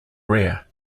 rare